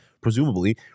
presumably